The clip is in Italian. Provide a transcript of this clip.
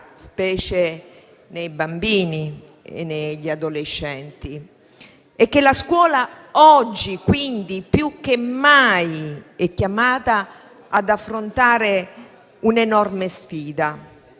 specie nei bambini e negli adolescenti. La scuola, oggi più che mai, è chiamata ad affrontare un'enorme sfida: